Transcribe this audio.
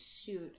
Shoot